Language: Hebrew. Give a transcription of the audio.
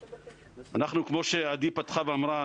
כמו שעדי פתחה ואמרה,